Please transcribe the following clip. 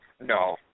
No